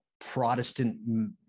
Protestant